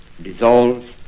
dissolves